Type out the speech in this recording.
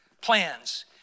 plans